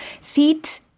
seat